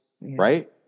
right